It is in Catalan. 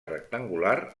rectangular